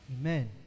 Amen